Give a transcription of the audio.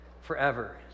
forever